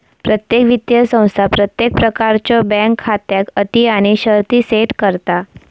प्रत्येक वित्तीय संस्था प्रत्येक प्रकारच्यो बँक खात्याक अटी आणि शर्ती सेट करता